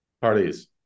Parties